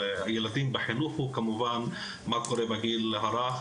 החינוך הוא כמובן מה קורה בגיל הרך,